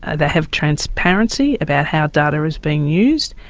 ah they have transparency about how data is being used,